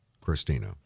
Christina